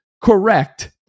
Correct